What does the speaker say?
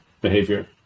behavior